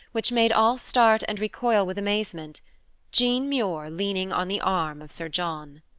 which made all start and recoil with amazement jean muir leaning on the arm of sir john.